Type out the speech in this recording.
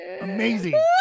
amazing